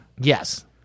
Yes